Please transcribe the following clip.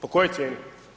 Po kojoj cijeni?